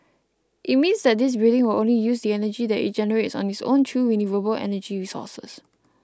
it means that this building will only use the energy that it generates on its own through renewable energy sources